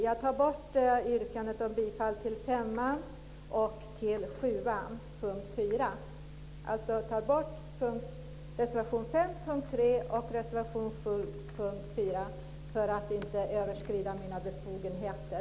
Jag tar bort yrkandet om bifall till reservation 5 punkt 3 och reservation 7 punkt 4 för att inte överskrida mina befogenheter.